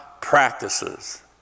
practices